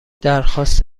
درخواست